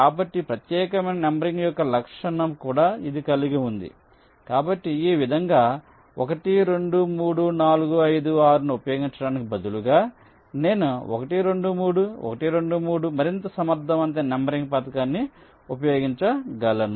కాబట్టి ప్రత్యేకమైన నంబరింగ్ యొక్క లక్షణం కూడా ఇది కలిగి ఉంది కాబట్టి ఈ విధంగా 1 2 3 4 5 6 ను ఉపయోగించటానికి బదులుగా నేను 1 2 3 1 2 3 మరింత సమర్థవంతమైన నంబరింగ్ పథకాన్ని ఉపయోగించగలను